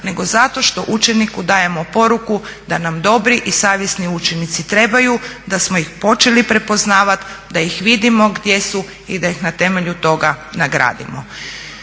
nego zato što učeniku dajemo poruku da nam dobri i savjesni učenici trebaju, da smo ih počeli prepoznavati, da ih vidimo gdje su i da ih na temelju toga nagradimo.